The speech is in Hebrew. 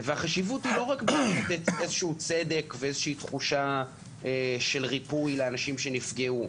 והחשיבות לא רק נותנת תחושה של צדק ושל ריפוי לאנשים שנפגעו.